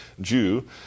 Jew